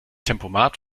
tempomat